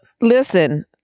Listen